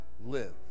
live